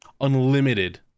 Unlimited